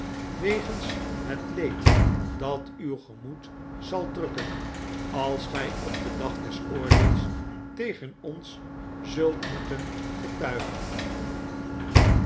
wegens het leed dat uw gemoed zal drukken als gij op den dag des oordeels tegen ons zult moeten getuigen